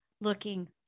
looking